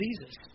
Jesus